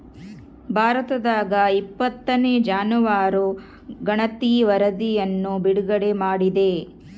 ಭಾರತದಾಗಇಪ್ಪತ್ತನೇ ಜಾನುವಾರು ಗಣತಿ ವರಧಿಯನ್ನು ಬಿಡುಗಡೆ ಮಾಡಿದೆ